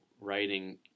writing